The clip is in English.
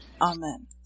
Amen